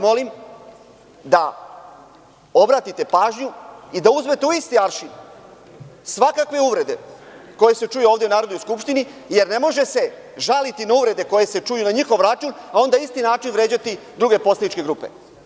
molim vas da obratite pažnju i da uzmete u isti aršin svakakve uvrede koje se čuju ovde u Narodnoj skupštini, jer ne može se žaliti na uvrede koje se čuju na njihov račun, a onda na isti način vređati druge poslaničke grupe.